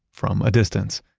from a distance.